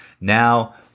Now